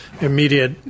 immediate